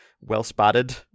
well-spotted